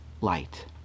light